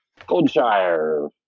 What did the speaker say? Goldshire